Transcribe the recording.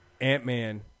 Ant-Man